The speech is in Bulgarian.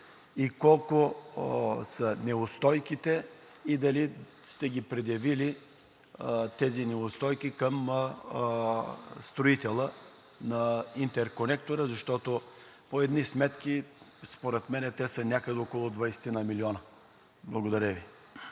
и колко са неустойките, дали сте ги предявили тези неустойки към строителя на интерконектора? Защото по едни сметки според мен те са някъде около 20-ина милиона. Благодаря Ви.